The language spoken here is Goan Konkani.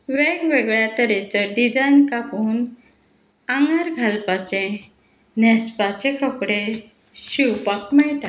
वेगवेगळ्या तरेचो डिझायन कापून आंगार घालपाचे न्हेंसपाचे कपडे शिंवपाक मेळटा